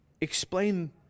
explain